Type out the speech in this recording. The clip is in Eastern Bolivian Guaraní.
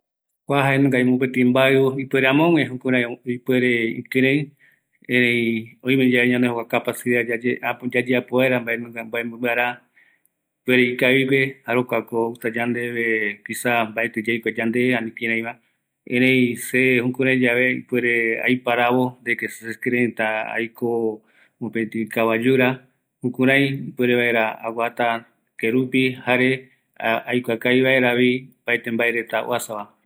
﻿Kua jaenungavi mopeti mbaiu, ipuere amogue juhkurai ipuere ikirei, erei oimeyave ñanoi jokua kapacidayae äpo yayeapo vaera mbaenunga, mbaenungara, erei ikavigiue, jare jokuako outa yandeve, kiza mbaeti yaikua yande, ani ani kiraira, erei jukuraiyave se ipuere aiparavo, de que se kireita aiko mopeti kabayura, jukurai ipuere vaera aguata kerupi jare aikua kavi vaeravi opaetre mbae reta oasava